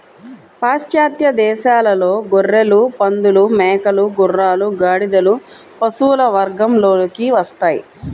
పాశ్చాత్య దేశాలలో గొర్రెలు, పందులు, మేకలు, గుర్రాలు, గాడిదలు పశువుల వర్గంలోకి వస్తాయి